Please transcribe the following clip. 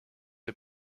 est